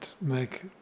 make